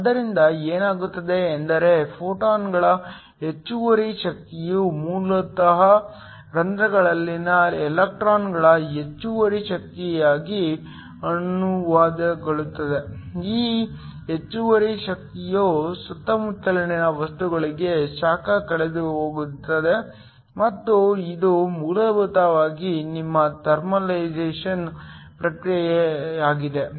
ಆದ್ದರಿಂದ ಏನಾಗುತ್ತದೆ ಎಂದರೆ ಫೋಟಾನ್ಗಳ ಹೆಚ್ಚುವರಿ ಶಕ್ತಿಯು ಮೂಲತಃ ರಂಧ್ರಗಳಲ್ಲಿನ ಎಲೆಕ್ಟ್ರಾನ್ಗಳ ಹೆಚ್ಚುವರಿ ಶಕ್ತಿಯಾಗಿ ಅನುವಾದಗೊಳ್ಳುತ್ತದೆ ಈ ಹೆಚ್ಚುವರಿ ಶಕ್ತಿಯು ಸುತ್ತಮುತ್ತಲಿನ ವಸ್ತುಗಳಿಗೆ ಶಾಖವಾಗಿ ಕಳೆದುಹೋಗುತ್ತದೆ ಮತ್ತು ಇದು ಮೂಲಭೂತವಾಗಿ ನಿಮ್ಮ ಥರ್ಮಲೈಸೇಶನ್ ಪ್ರಕ್ರಿಯೆಯಾಗಿದೆ